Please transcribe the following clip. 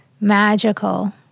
magical